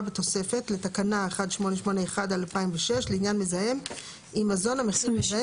בתוספת לתקנה 1881/2006 לעניין מזהם עם מזון המכיל מזהם